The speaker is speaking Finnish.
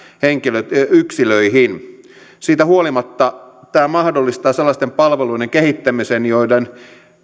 yksilöihin siitä huolimatta tämä mahdollistaa sellaisten palveluiden kehittämisen joiden